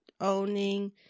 owning